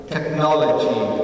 Technology